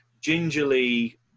gingerly